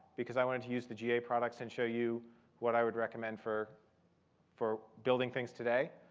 because i wanted to use the ga products and show you what i would recommend for for building things today.